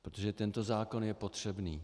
Protože tento zákon je potřebný.